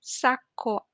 sacco